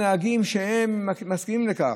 הנהגים, שהם מסכימים לכך.